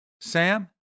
Sam